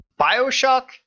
Bioshock